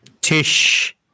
Tish